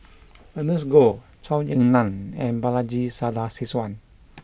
Ernest Goh Zhou Ying Nan and Balaji Sadasivan